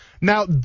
Now